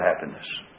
happiness